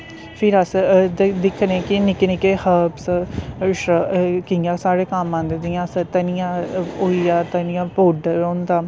फिर अस दिक्खने कि निक्के निक्के हर्वस कि'यां साढ़े कम्म आंदे जियां अस धनियां होई गेआ धनियां पौडर होंदा